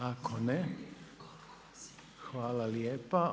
Ako ne, hvala lijepa.